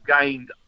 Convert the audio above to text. gained